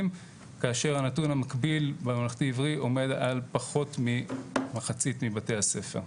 כאשר הנתון המקביל בממלכתי עברי עומד על פחות ממחצית מבתי הספר.